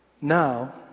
Now